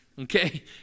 Okay